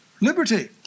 liberty